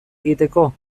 egiteko